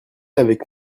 avec